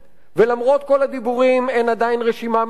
ולמרות כל הדיבורים אין עדיין רשימה מסודרת